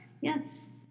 Yes